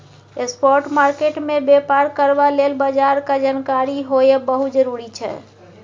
spot market मे बेपार करबा लेल बजारक जानकारी होएब बहुत जरूरी छै